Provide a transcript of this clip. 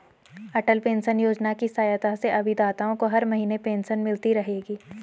अटल pension Yojana की सहायता से अभिदाताओं को हर महीने पेंशन मिलती रहेगी